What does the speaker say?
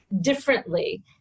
differently